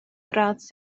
gradd